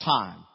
time